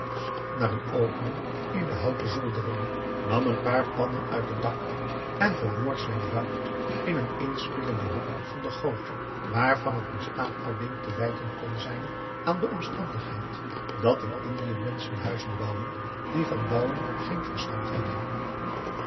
naar een opening in de houten zoldering nam een paar pannen uit het dak en verborg zijn buit in een inspringenden hoek van de goot waarvan het bestaan alleen te wijten kon zijn aan de omstandigheid dat in indië menschen huizen bouwen die van bouwen geen verstand hebben